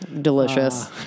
Delicious